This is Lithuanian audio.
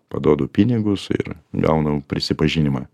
paduodu pinigus ir gaunu prisipažinimą